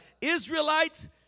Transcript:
Israelites